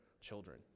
children